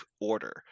order